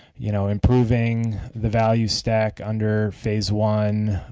you know, improving the value stack under phase one,